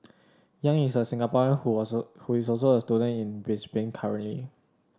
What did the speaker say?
Yang is a Singaporean who also who is also a student in Brisbane currently